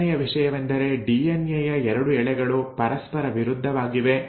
ಎರಡನೆಯ ವಿಷಯವೆಂದರೆ ಡಿಎನ್ಎ ಯ 2 ಎಳೆಗಳು ಪರಸ್ಪರ ವಿರುದ್ಧವಾಗಿವೆ